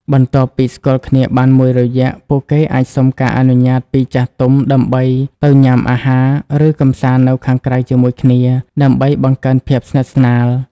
បន្ទាប់ពីស្គាល់គ្នាបានមួយរយៈ ពួកគេអាចសុំការអនុញ្ញាតពីចាស់ទុំដើម្បីទៅញ៉ាំអាហារ ឬកម្សាន្តនៅខាងក្រៅជាមួយគ្នា ដើម្បីបង្កើនភាពស្និទ្ធស្នាល។